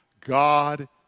God